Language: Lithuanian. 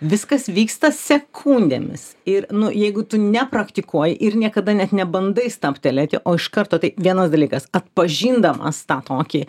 viskas vyksta sekundėmis ir nu jeigu tu nepraktikuoji ir niekada net nebandai stabtelėti o iš karto tai vienas dalykas atpažindamas tą tokį